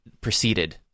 proceeded